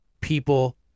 people